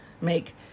make